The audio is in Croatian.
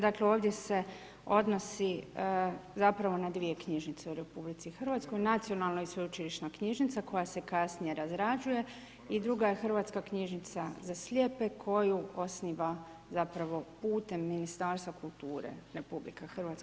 Dakle ovdje se odnosi zapravo na dvije knjižnice u RH, Nacionalna i sveučilišna knjižnica koja se kasnije razrađuje i druga je Hrvatska knjižnica za slijepe koju osniva zapravo putem Ministarstva kulture RH.